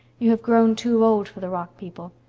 you have grown too old for the rock people.